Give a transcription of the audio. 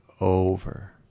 over